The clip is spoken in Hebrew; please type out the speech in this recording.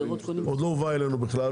עוד לא הובא אלינו בכלל,